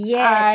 Yes